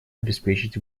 обеспечить